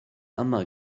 yma